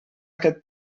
aquest